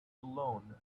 alone